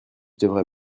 devrais